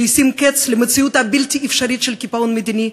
שישים קץ למציאות הבלתי-אפשרית של קיפאון מדיני,